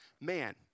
man